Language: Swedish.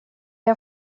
jag